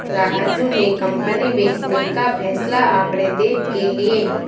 राजू ने कंपनी बेचने का फैसला आंकड़े देख के लिए